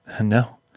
No